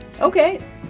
Okay